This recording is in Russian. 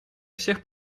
всех